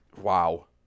Wow